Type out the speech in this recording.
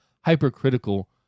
hypercritical